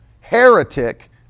heretic